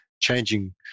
changing